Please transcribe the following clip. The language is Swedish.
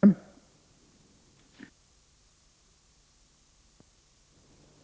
har.